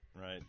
Right